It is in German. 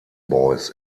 boys